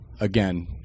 again